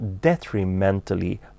detrimentally